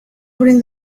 bring